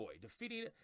defeating